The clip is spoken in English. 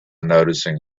noticing